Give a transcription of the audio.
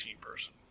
person